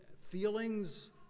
feelings